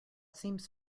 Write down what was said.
seems